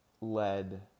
led